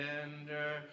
tender